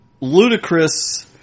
ludicrous